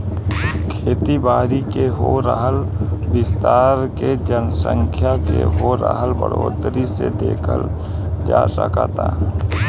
खेती बारी के हो रहल विस्तार के जनसँख्या के हो रहल बढ़ोतरी से देखल जा सकऽता